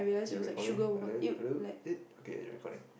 is it recording hello hello is it okay it's recording